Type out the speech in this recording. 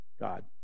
God